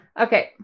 Okay